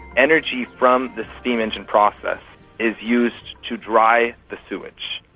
energy from this steam engine process is used to dry the sewage,